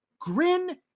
Grin